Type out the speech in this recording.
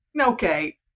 okay